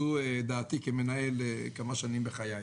זו דעתי כמנהל כמה שנים בחיי.